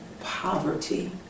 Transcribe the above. poverty